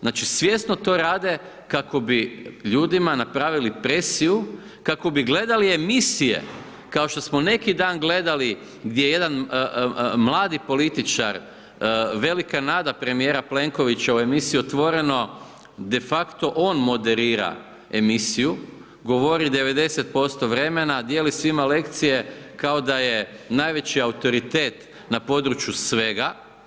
Znači svjesno to rade kako bi ljudima napravili presiju, kako bi gledali emisije, kao što smo neki dan gledali gdje jedan mladi političar velika nada premijera Plenkovića u emisiji Otvoreno de facto on moderira emisiju, govori 90% vremena, dijeli svima lekcije kao da je najveći autoritet na području svega.